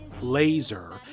laser